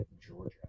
Georgia